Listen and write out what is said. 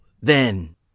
Then